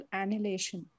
annihilation